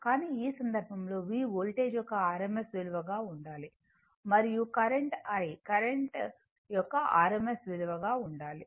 కానీ ఈ సందర్భంలో V వోల్టేజ్ యొక్క rms విలువగా ఉండాలి మరియు i కరెంట్ యొక్క rms విలువగా ఉండాలి